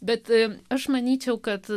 bet aš manyčiau kad